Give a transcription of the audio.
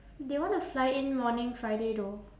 they want to fly in morning friday though